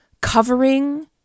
covering